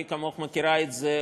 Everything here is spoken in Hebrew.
מי כמוך מכירה את זה,